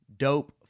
Dope